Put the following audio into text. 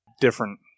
different